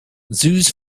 zoos